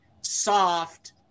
soft